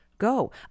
Go